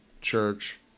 church